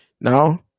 Now